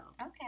Okay